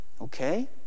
okay